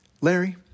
Larry